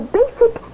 basic